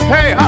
Hey